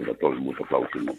va toks būtų klausim